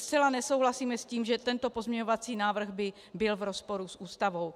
Zcela nesouhlasíme s tím, že tento pozměňovací návrh by byl v rozporu s Ústavou.